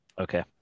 Okay